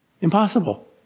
Impossible